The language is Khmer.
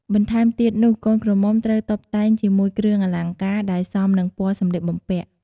បន្ថែមទៀតនុះកូនក្រមុំត្រូវតុបតែងជាមួយគ្រឿងអលង្ការដែលសមនឹងពណ៌សម្លៀកបំពាក់។